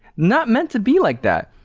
not meant to be like that.